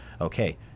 Okay